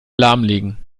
lahmlegen